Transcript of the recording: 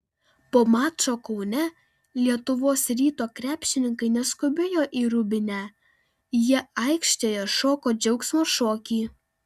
po mačo kaune lietuvos ryto krepšininkai neskubėjo į rūbinę jie aikštėje šoko džiaugsmo šokį